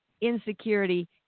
insecurity